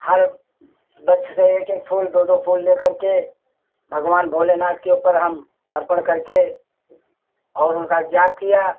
हर बच्चे से एक एक फूल दो दो फूल ले करके भगवान भोलेनाथ के ऊपर हम अर्पण करके और उनका जाप किया